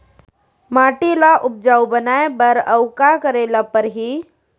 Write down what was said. माटी ल उपजाऊ बनाए बर अऊ का करे बर परही?